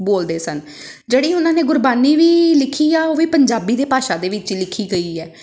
ਬੋਲਦੇ ਸਨ ਜਿਹੜੀ ਉਹਨਾਂ ਨੇ ਗੁਰਬਾਣੀ ਵੀ ਲਿਖੀ ਆ ਉਹ ਵੀ ਪੰਜਾਬੀ ਦੇ ਭਾਸ਼ਾ ਦੇ ਵਿੱਚ ਲਿਖੀ ਗਈ ਹੈ